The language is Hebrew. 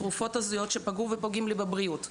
תרופות הזויות שפגעו ופוגעות לי בבריאות,